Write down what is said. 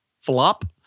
flop